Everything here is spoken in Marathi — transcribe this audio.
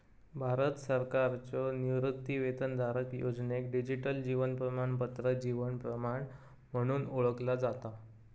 भारत सरकारच्यो निवृत्तीवेतनधारक योजनेक डिजिटल जीवन प्रमाणपत्र जीवन प्रमाण म्हणून ओळखला जाता